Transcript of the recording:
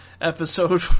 episode